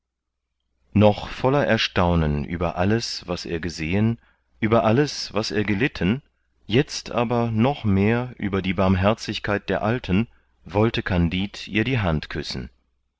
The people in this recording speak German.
noch voller erstaunen über alles was er gesehen über alles was er gelitten jetzt aber noch mehr über die barmherzigkeit der alten wollte kandid ihr die hand küssen